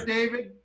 David